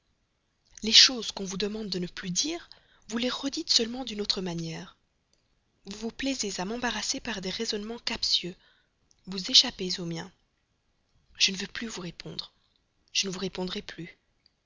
les choses qu'on vous demande de ne plus redire vous les redites seulement d'une autre manière vous vous plaisez à m'embarrasser par des raisonnements captieux vous échappez aux miens je ne veux plus vous répondre je ne vous répondrai plus